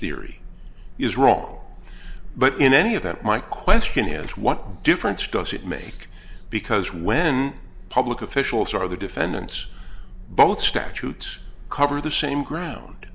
theory is wrong but in any event my question is what difference does it make because when public officials are the defendants both statutes cover the same ground